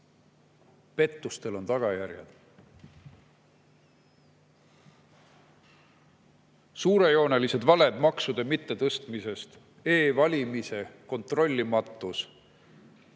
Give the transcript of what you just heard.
pettustel on tagajärjed. Suurejoonelised valed maksude mittetõstmise kohta, e-valimise kontrollimatus,